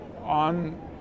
on